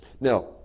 Now